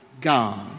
God